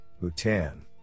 Bhutan